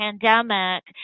pandemic